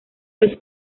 los